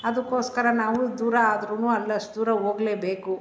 ಅದಕ್ಕೋಸ್ಕರ ನಾವು ದೂರ ಆದ್ರೂ ಅಲ್ಲಿ ಅಷ್ಟು ದೂರ ಹೋಗ್ಲೇಬೇಕು